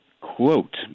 Quote